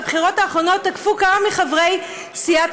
בבחירות האחרונות תקפו כמה מחברי סיעת